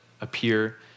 appear